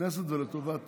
הכנסת ולטובת